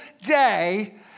day